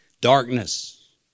Darkness